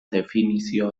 definizio